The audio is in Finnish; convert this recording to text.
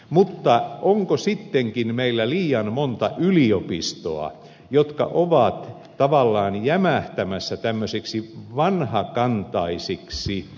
mutta onko meillä sittenkin liian monta yliopistoa jotka ovat tavallaan jämähtämässä tämmöisiksi vanhakantaisiksi tutkintotehtaiksi